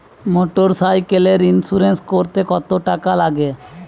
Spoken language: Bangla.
মোটরসাইকেলের ইন্সুরেন্স করতে কত টাকা লাগে?